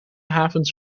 havens